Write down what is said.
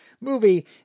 movie